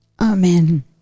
Amen